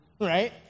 right